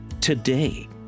today